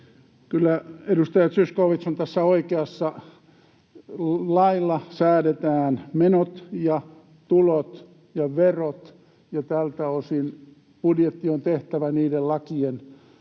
edustaja Zyskowicz on tässä oikeassa. Lailla säädetään menot ja tulot ja verot, ja tältä osin budjetti on tehtävä niiden lakien